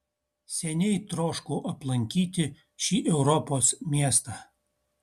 seniai troškau aplankyti šį europos miestą